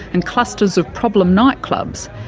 and clusters of problem nightclubs,